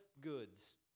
goods